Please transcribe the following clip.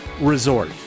resort